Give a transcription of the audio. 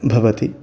भवति